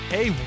Hey